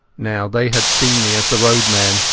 now, they had seen me as the roadman,